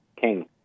king